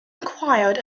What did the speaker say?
inquired